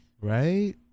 Right